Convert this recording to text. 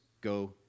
go